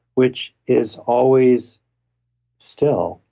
which is always still,